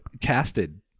casted